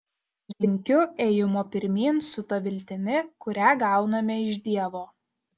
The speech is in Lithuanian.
linkiu ėjimo pirmyn su ta viltimi kurią gauname iš dievo